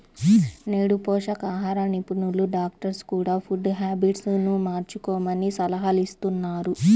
నేడు పోషకాహార నిపుణులు, డాక్టర్స్ కూడ ఫుడ్ హ్యాబిట్స్ ను మార్చుకోమని సలహాలిస్తున్నారు